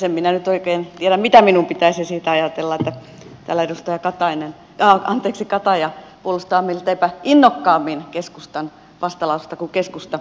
en minä nyt oikein tiedä mitä minun pitäisi siitä ajatella että täällä edustaja kataja puolustaa milteipä innokkaammin keskustan vastalausetta kuin keskusta itse